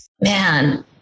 man